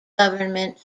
government